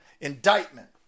Indictment